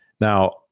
Now